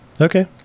Okay